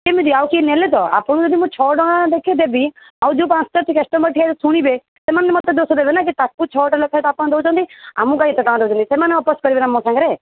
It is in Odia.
କେମିତି ଆଉ କିଏ ନେଲେ ତ ଆପଣଙ୍କୁ ଯଦି ମୁଁ ଛଅଟଙ୍କା ଲେଖେ ଦେବି ଆଉ ଯୋଉ ପାଞ୍ଚଟା କଷ୍ଟମର୍ ଠିଆହୋଇଥିବେ ଶୁଣିବେ ସେମାନେ ମୋତେ ଦୋଷ ଦେବେ ନା କି ତାଙ୍କୁ ଛଅ ଟଙ୍କା ଲେଖାଏଁ ପାଞ୍ଚଟଙ୍କାରେ ଆପଣ ଦେଉଛନ୍ତି ଆମକୁ କାଇଁ ଏତେ ଟଙ୍କାରେ ଦେଉଛନ୍ତି ସେମାନେ ଅପୋଜ୍ କରିବେ ନା ମୋ ସାଙ୍ଗରେ